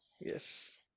Yes